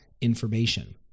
information